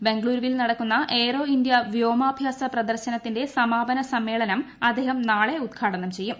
ബംഗളുരുവിൽ നടക്കുന്ന aero India വ്യോമാഭ്യാസ പ്രദർശനത്തിന്റെ സമാപന സമ്മേളനം അദ്ദേഹം നാളെ ഉദ്ഘാടനം ചെയ്യും